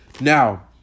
Now